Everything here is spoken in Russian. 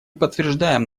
подтверждаем